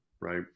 Right